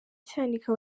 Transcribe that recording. cyanika